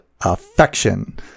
Affection